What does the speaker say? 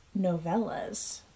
novellas